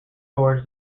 towards